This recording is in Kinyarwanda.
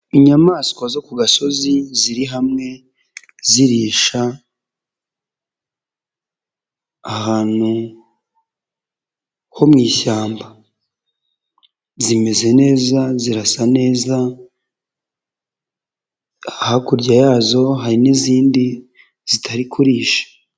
Inyamaswa zo ku gasozi ziri hamwe zirisha ahantu ho mu ishyamba zimeze neza zirasa neza, hakurya yazo hari n'izindi zitari kurisha.